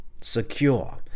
secure